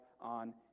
on